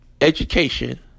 education